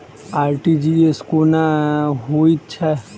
RTGS कोना होइत छै?